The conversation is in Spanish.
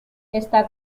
está